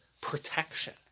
protection